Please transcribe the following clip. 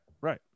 Right